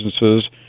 businesses